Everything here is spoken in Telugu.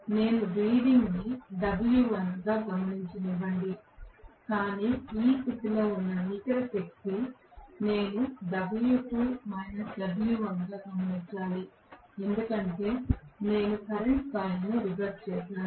నేను రీడింగ్ ని W1 గా గమనించనివ్వండి కాని ఈ స్థితిలో ఉన్న నికర శక్తి నేను W2 W1 గా గమనించాలి ఎందుకంటే నేను కరెంట్ కాయిల్ను రివర్స్ చేసాను